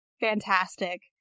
fantastic